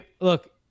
Look